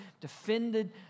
defended